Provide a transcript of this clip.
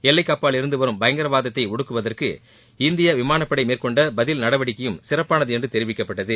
எல்லைக்கப்பாலிலிருந்து வரும் பயங்கரவாதத்தை ஒடுக்குவதற்கு இந்திய விமானப்படை மேற்கொண்ட பதில் நடவடிக்கையும் சிறப்பானது என்று தெரிவிக்கப்பட்டது